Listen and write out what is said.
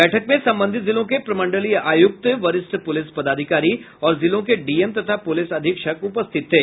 बैठक में संबंधित जिलों के प्रमंडलीय आयुक्त वरिष्ठ पुलिस पदाधिकारी और जिलों के डीएम तथा पुलिस अधीक्षक उपस्थित थे